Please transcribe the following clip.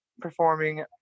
performing